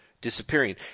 disappearing